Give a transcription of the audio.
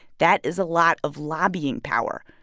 that is a lot of lobbying power.